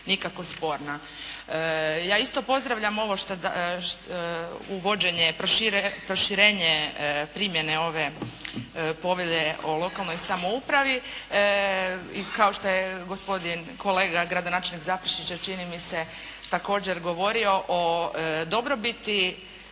nikako sporna. Ja isto pozdravljam ovo uvođenje, proširenje primjene ove Povelje o lokalnoj samoupravi. Kao što je gospodin kolega gradonačelnik Zaprešića čini mi se također govorio o dobrobiti